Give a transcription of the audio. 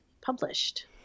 published